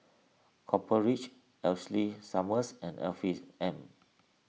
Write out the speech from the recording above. Copper Ridge Ashley Summers and Afiq M